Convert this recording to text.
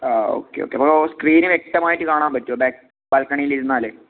ആ okay okay അപ്പോൾ നമ്മൾക്ക് സ്ക്രീനിൽ വ്യക്തമായിട്ട് കാണാൻ പറ്റുവോ ബാ ബാൽക്കണീല് ഇരുന്നാൽ